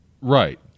right